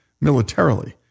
militarily